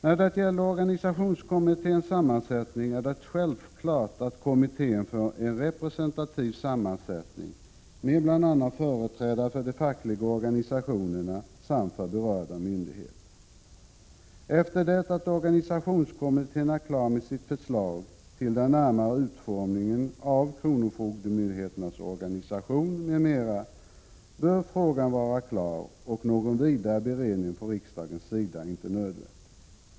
När det gäller organisationskommitténs sammansättning är det självklart att kommittén får en representativ sammansättning med bl.a. företrädare för de fackliga organisationerna samt berörda myndigheter. Efter det att organisationskommittén är klar med sitt förslag till den närmare utformningen av kronofogdemyndigheternas organisation m.m. bör frågan vara klar, och någon vidare beredning från riksdagens sida är inte nödvändig.